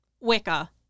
Wicca